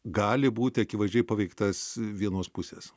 gali būti akivaizdžiai paveiktas vienos pusės